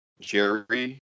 Jerry